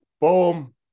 Boom